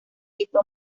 hizo